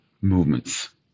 movements